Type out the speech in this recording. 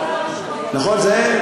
"הבוקר בא כל כך מהר, נכון, זה הם.